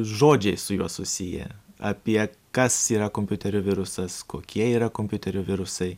žodžiai su juo susiję apie kas yra kompiuterio virusas kokie yra kompiuterių virusai